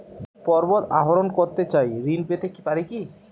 পর্বত আরোহণ করতে চাই ঋণ পেতে পারে কি?